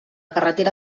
carretera